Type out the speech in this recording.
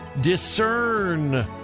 discern